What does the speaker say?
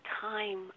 time